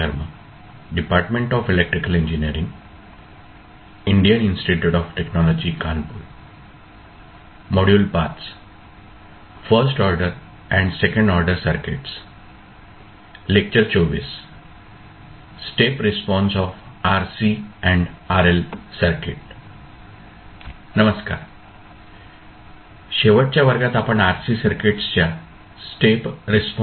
शेवटच्या वर्गात आपण RC सर्किट्सच्या स्टेप रिस्पॉन्स बद्दल चर्चा करत होतो